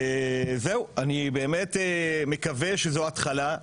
אני באמת מקווה שזו התחלה,